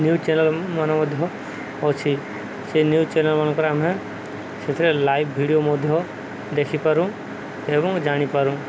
news channel ମାନ ମଧ୍ୟ ଅଛି ସେ ନ୍ୟୁଜ୍ ଚ୍ୟାନେଲ୍ ମାନଙ୍କରେ ଆମେ ସେଥିରେ ଲାଇଭ ଭିଡ଼ିଓ ମଧ୍ୟ ଦେଖିପାରୁ ଏବଂ ଜାଣିପାରୁ